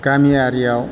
गामियारिआव